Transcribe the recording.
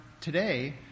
today